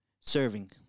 serving